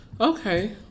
Okay